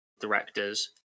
directors